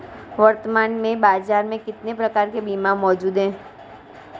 वर्तमान में बाज़ार में कितने प्रकार के बीमा मौजूद हैं?